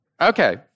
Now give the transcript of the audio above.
Okay